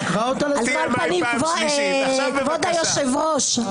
כבוד היושב-ראש,